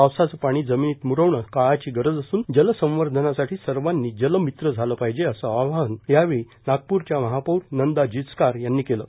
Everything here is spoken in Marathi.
पावसाचं पाणी जमिनीत मुरवणं काळाची गरज असून जलसंवर्षनासाठी सर्वांनी जलमित्र झालं पाहिजे असं आवाहन यावेळी नागपूरच्या महापीर नंदा जिचकार यांनी केलं